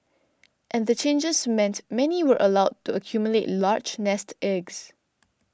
and the changes meant many were allowed to accumulate large nest eggs